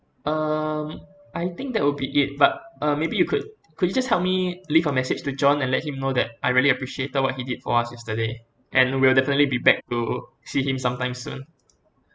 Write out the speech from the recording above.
um I think that will be it but uh maybe you could could you just help me leave a message to john and let him know that I really appreciated what he did for us yesterday and we'll definitely be back to see him sometime soon